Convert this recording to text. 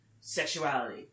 sexuality